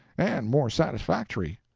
and more satisfactory.